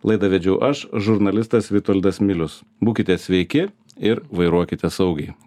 laidą vedžiau aš žurnalistas vitoldas milius būkite sveiki ir vairuokite saugiai